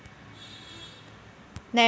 Nano urea कस वापराले पायजे?